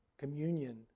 communion